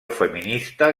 feminista